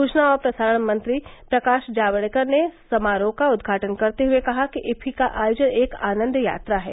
सूचना और प्रसारण मंत्री प्रकाश जावड़ेकर ने समारोह का उद्घाटन करते हये कहा कि इफ्फी का आयोजन एक आनन्द यात्रा है